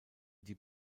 die